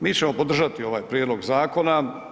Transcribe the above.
Mi ćemo podržati ovaj prijedlog zakona.